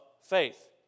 faith